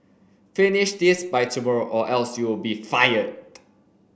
finish this by tomorrow or else you'll be fired